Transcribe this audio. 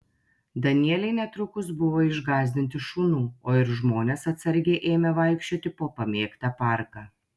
danieliai netrukus buvo išgąsdinti šunų o ir žmonės atsargiai ėmė vaikščioti po pamėgtą parką